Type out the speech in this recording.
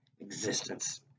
Existence